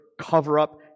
cover-up